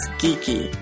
geeky